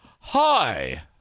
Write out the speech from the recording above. Hi